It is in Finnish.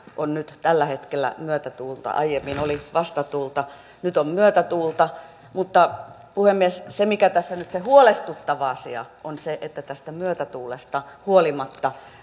on nyt tällä hetkellä myötätuulta aiemmin oli vastatuulta nyt on myötätuulta mutta puhemies se mikä tässä nyt on se huolestuttava asia on se että tästä myötätuulesta huolimatta